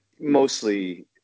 mostly